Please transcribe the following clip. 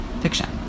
fiction